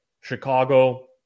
Chicago